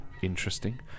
Interesting